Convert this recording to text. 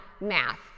math